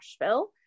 Nashville